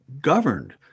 governed